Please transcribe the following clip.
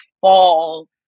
fall